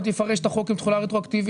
יפרש את החוק עם תחולה רטרואקטיבית,